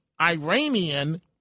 Iranian